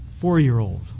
four-year-old